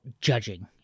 judging